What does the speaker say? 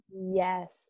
yes